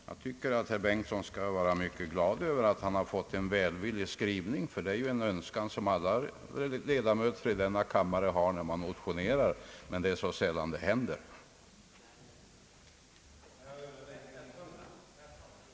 Jag anser att herr Bengtson skall vara mycket glad över att han har fått en välvillig skrivning, ty det är en önskan som alla ledamöter i denna kammare har när de motionerar men sällan får se uppfylld.